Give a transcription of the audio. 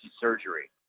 surgery